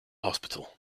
hospital